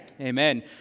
Amen